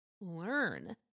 learn